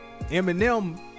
Eminem